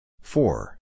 Four